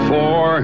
Four